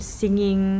singing